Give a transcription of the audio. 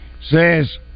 says